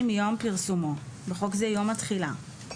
מיום פרסומו (בחוק זה יום התחילה).